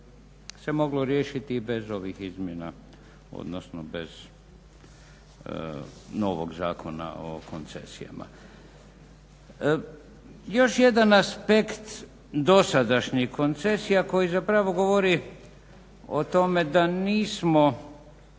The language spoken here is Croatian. se moglo riješiti i bez ovih izmjena, odnosno bez novog Zakona o koncesijama. Još jedan aspekt dosadašnjih koncesija koji zapravo govori o tome da nismo